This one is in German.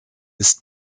ist